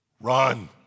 run